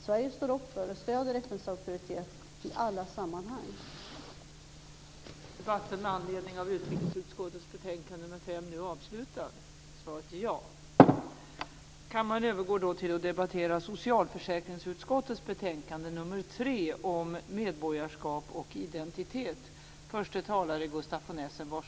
Sverige står upp för och stöder FN:s auktoritet i alla sammanhang.